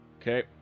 Okay